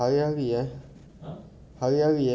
hari-hari eh hari-hari